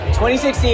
2016